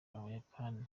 abayapani